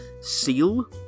Seal